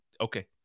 okay